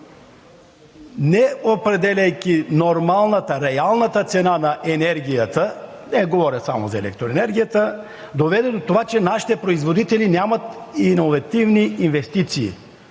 не определяйки нормалната, реалната цена на енергията, не говоря само за електроенергията, доведе до това, че нашите производители нямат иновативни инвестиции,